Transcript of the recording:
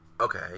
Okay